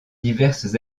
diverses